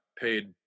paid